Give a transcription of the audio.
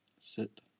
sit